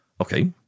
Okay